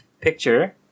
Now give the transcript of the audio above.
picture